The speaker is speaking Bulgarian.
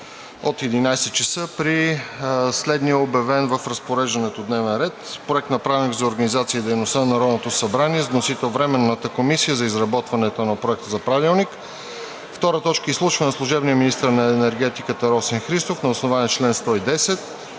от 11,00 часа при следния обявен в разпореждането дневен ред: „1. Проект на Правилника за организацията и дейността на Народното събрание с вносител Временната комисия за изработването на Проекта за правилник. 2. Изслушване на служебния министър на енергетиката Росен Христов на основание чл. 110.